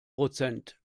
prozent